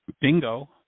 bingo